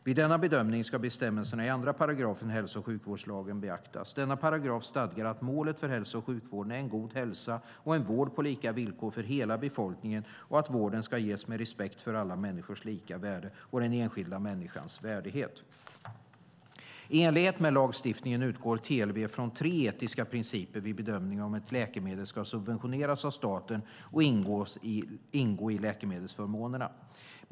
Vid denna bedömning ska bestämmelserna i 2 § hälso och sjukvårdslagen beaktas. Denna paragraf stadgar att målet för hälso och sjukvården är en god hälsa och en vård på lika villkor för hela befolkningen och att vården ska ges med respekt för alla människors lika värde och den enskilda människans värdighet. I enlighet med lagstiftningen utgår TLV från tre etiska principer vid bedömning av om ett läkemedel ska subventioneras av staten och ingå i läkemedelsförmånerna.